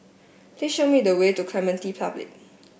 please show me the way to Clementi Public